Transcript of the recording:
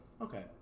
okay